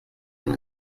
noch